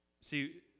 See